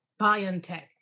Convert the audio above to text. biotech